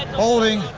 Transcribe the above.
holding,